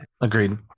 agreed